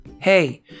hey